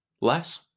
less